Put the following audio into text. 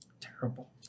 Terrible